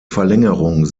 verlängerung